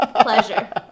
pleasure